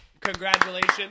Congratulations